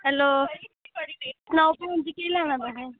hello सनाओ भैन जी केह् लैनां तुसें